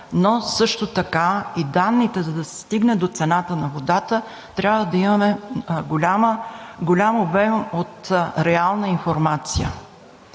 но също така и данните – за да се стигне до цената на водата, трябва да имаме голям обем от реална информация.